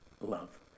love